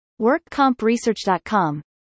WorkCompResearch.com